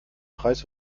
preis